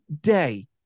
day